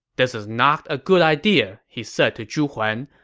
this is not a good idea, he said to zhu huan.